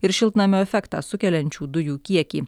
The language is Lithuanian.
ir šiltnamio efektą sukeliančių dujų kiekį